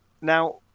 Now